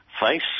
face